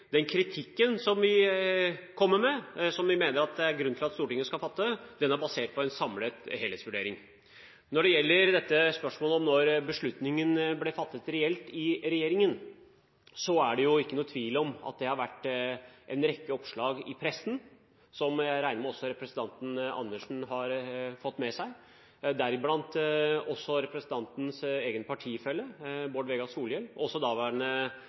Den kritikken som vi kommer med, som vi mener at det er grunn til at Stortinget skal fatte vedtak om, er basert på en samlet helhetsvurdering. Når det gjelder dette spørsmålet om når beslutningen reelt ble fattet i regjeringen, er det ikke noen tvil om at det har vært en rekke oppslag i pressen – som jeg regner med at også representanten Karin Andersen har fått med seg, deriblant også med representantens egen partifelle Bård Vegar Solhjell, og også daværende